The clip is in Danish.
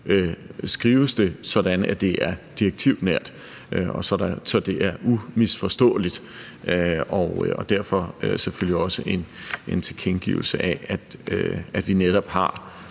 skrives det sådan, at det er direktivnært, og så det er umisforståeligt, og derfor er det selvfølgelig også en tilkendegivelse af, at vi netop har